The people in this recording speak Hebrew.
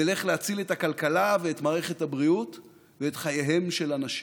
נלך להציל את הכלכלה ואת מערכת הבריאות ואת חייהם של אנשים.